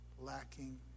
lacking